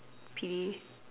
pretty